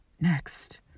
next